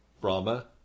Brahma